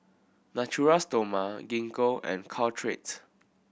Natura Stoma Gingko and Caltrate